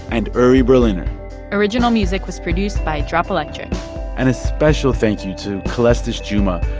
and uri berliner original music was produced by drop electric and a special thank you to calestous juma,